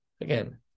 Again